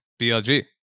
BLG